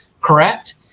Correct